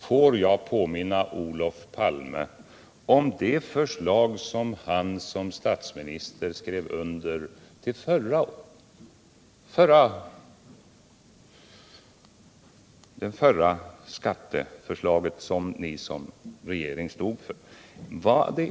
Låt mig påminna Olof Palme om det förra skatteförslaget som han som statsminister skrev under och som den socialdemokratiska regeringen stod för.